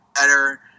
better